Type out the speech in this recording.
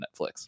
Netflix